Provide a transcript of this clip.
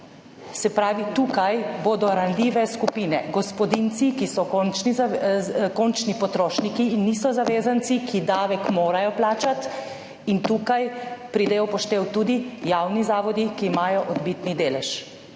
Se pravi, tukaj bodo ranljive skupine gospodinjci, ki so končni potrošniki in niso zavezanci, ki davek morajo plačati, in tukaj pridejo v poštev tudi javni zavodi, ki imajo odbitni delež